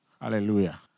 Hallelujah